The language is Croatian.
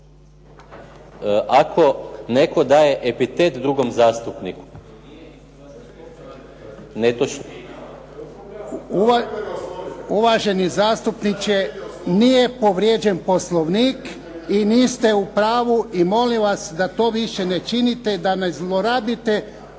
netočno je… **Jarnjak, Ivan (HDZ)** Uvaženi zastupniče, nije povrijeđen Poslovnik i niste u pravu, i molim vas da to više ne činite, da ne zlorabite